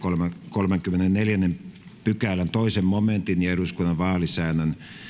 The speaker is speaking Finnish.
kolmannenkymmenennenneljännen pykälän toisen momentin ja eduskunnan vaalisäännön